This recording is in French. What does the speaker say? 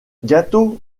gâteaux